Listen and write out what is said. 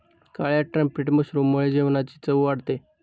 काळ्या ट्रम्पेट मशरूममुळे जेवणाची चव वाढते